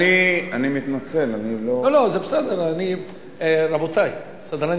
אני רק לא יכול להבין דבר אחד מהאמירות